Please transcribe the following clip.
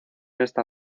esta